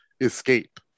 escape